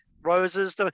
Roses